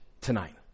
tonight